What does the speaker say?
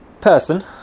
person